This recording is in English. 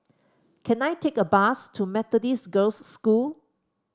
can I take a bus to Methodist Girls' School